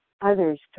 others